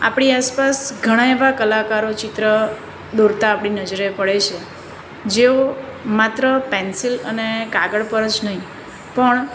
આપણી આસપાસ ઘણા એવા કલાકારો ચિત્ર દોરતા આપણી નજરે પડે છે જેઓ માત્ર પેન્સિલ અને કાગળ પર જ નહીં પણ